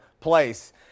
place